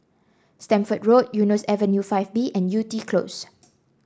Stamford Road Eunos Avenue Five B and Yew Tee Close